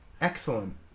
Excellent